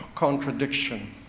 contradiction